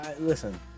Listen